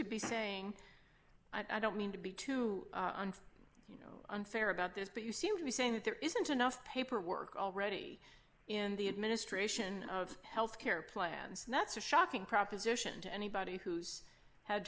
to be saying i don't mean to be too you know unfair about this but you seem to be saying that there isn't enough paperwork already in the administration of health care plan and that's a shocking proposition to anybody who's had